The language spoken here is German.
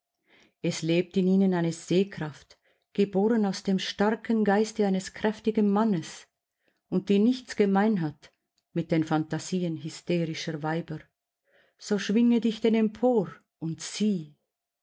es lebt in ihnen eine seherkraft geboren aus dem starken geiste eines kräftigen mannes und die nichts gemein hat mit den phantasien hysterischer weiber so schwinge dich denn empor und sieh